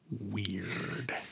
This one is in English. weird